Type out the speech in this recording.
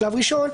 בשלב ראשון,